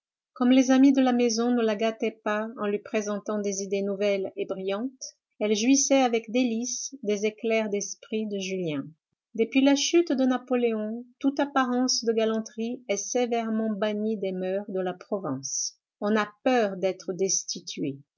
comme les amis de la maison ne la gâtaient pas en lui présentant des idées nouvelles et brillantes elle jouissait avec délices des éclairs d'esprit de julien depuis la chute de napoléon toute apparence de galanterie est sévèrement bannie des moeurs de la province on a peur d'être destitué